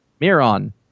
Miron